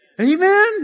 Amen